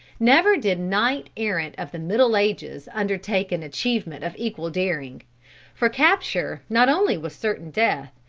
never did knight errant of the middle ages undertake an achievement of equal daring for capture not only was certain death,